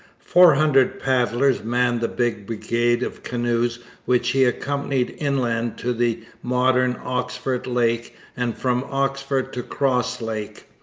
four hundred paddlers manned the big brigade of canoes which he accompanied inland to the modern oxford lake and from oxford to cross lake.